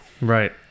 Right